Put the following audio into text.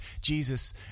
Jesus